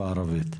בערבית.